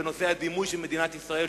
בגלל הדימוי של מדינת ישראל,